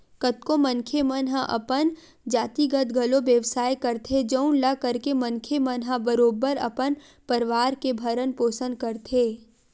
कतको मनखे मन हा अपन जातिगत घलो बेवसाय करथे जउन ल करके मनखे मन ह बरोबर अपन परवार के भरन पोसन करथे